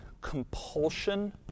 compulsion